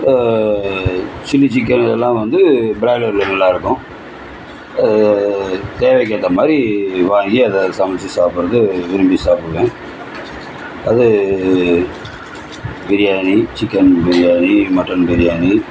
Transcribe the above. chilli chicken அதெல்லாம் வந்து ப்ராய்லரில் நல்லாருக்கும் தேவைக்கு ஏற்ற மாதிரி வாங்கி அதை சமைச்சி சாப்பிடுறது விரும்பி சாப்பிடுவேன் அது பிரியாணி சிக்கன் பிரியாணி மட்டன் பிரியாணி